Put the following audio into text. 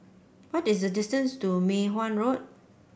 what is the distance to Mei Hwan Road